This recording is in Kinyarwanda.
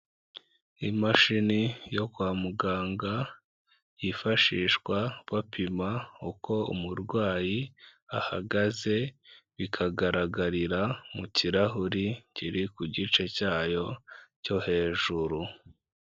Imashini yo kwa muganga, yifashishwa bapima uko umurwayi ahagaze, bikagaragarira mu kirahuri kiri ku gice cyayo cyo hejuru.